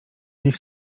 niech